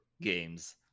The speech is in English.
games